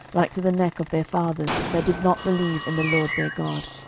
like to the neck of their fathers, that did not believe in the lord their god.